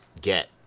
get